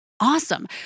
Awesome